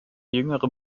jüngere